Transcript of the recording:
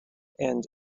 and